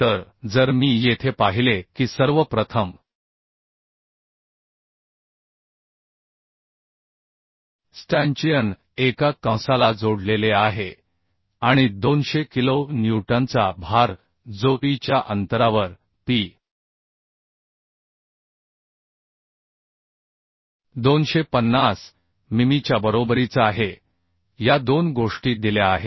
तर जर मी येथे पाहिले की सर्व प्रथम स्टॅंचियन एका कंसाला जोडलेले आहे आणि 200 किलो न्यूटनचा भार जो ईच्या अंतरावर पी 250 मिमीच्या बरोबरीचा आहे या दोन गोष्टी दिल्या आहेत